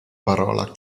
parola